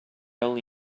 only